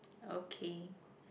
okay